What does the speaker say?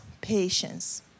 patience